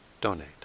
donate